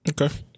Okay